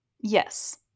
yes